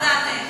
מה דעתך?